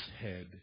head